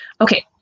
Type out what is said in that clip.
okay